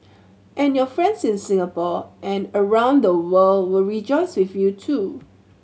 and your friends in Singapore and around the world will rejoice with you too